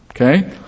Okay